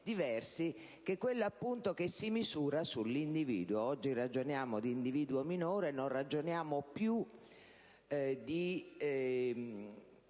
diversi, che è quella appunto che si misura sull'individuo. Oggi ragioniamo di individuo minore e non più di